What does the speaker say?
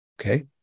okay